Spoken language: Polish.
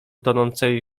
tonącej